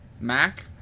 Mac